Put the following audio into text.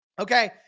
Okay